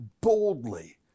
boldly